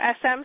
SM